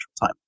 time